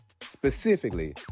specifically